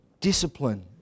discipline